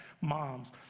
moms